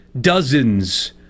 dozens